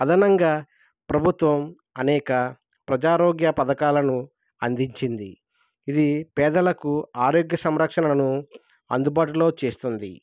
అదనంగా ప్రభుత్వం అనేక ప్రజా ఆరోగ్య పథకాలను అందించింది ఇది పేదలకు ఆరోగ్య సంరక్షణను అందుబాటులో చేస్తుంది